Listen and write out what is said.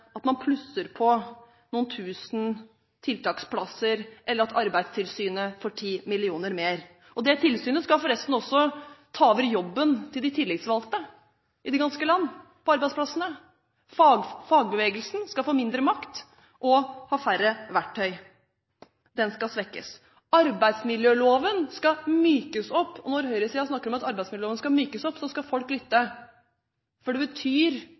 at man plusser på noen tusen tiltaksplasser, eller at Arbeidstilsynet får 10 mill. kr mer. Det tilsynet skal forresten også ta over jobben til de tillitsvalgte i det ganske land på arbeidsplassene. Fagbevegelsen skal få mindre makt og ha færre verktøy – den skal svekkes. Arbeidsmiljøloven skal mykes opp, og når høyresiden snakker om at arbeidsmiljøloven skal mykes opp, skal folk lytte, for det betyr